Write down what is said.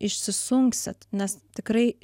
išsisunksit nes tikrai